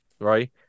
right